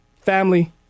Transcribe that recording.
family